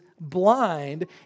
blind